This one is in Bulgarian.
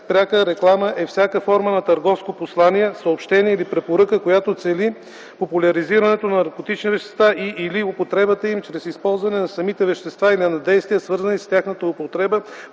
„Пряка реклама” е всяка форма на търговско послание, съобщение или препоръка, която цели популяризирането на наркотични вещества и/или употребата им чрез използване на самите вещества или на действия, свързани с тяхната употреба,